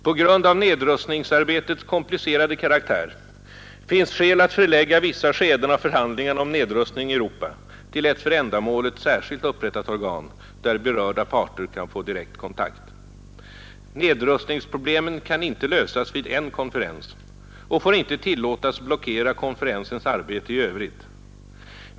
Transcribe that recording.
På grund av nedrustningsarbetets komplicerade karaktär finns skäl att förlägga vissa skeden av förhandlingarna om nedrustning i Europa till ett för ändamålet särskilt upprättat organ, där berörda parter kan få direkt kontakt. Nedrustningsproblemen kan inte lösas vid en konferens och får inte tillåtas blockera konferensens arbete i övrigt.